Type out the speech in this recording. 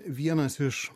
vienas iš